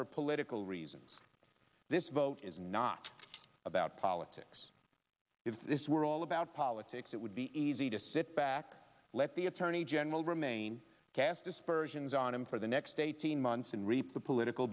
for political reasons this vote is not about politics if this were all about politics it would be easy to sit back let the attorney general remain cast dispersions on him for the next eighteen months and reap the political